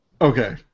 Okay